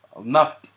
Enough